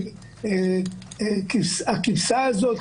הכבשה הזאת,